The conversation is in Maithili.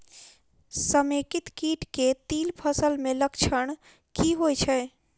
समेकित कीट केँ तिल फसल मे लक्षण की होइ छै?